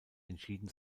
entschieden